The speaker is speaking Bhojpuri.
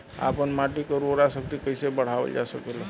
आपन माटी क उर्वरा शक्ति कइसे बढ़ावल जा सकेला?